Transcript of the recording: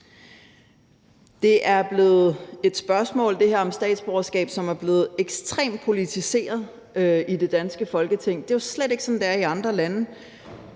Det her med statsborgerskab er et spørgsmål, som er blevet ekstremt politiseret i det danske Folketing. Det er jo slet ikke, som det er i andre lande.